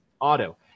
auto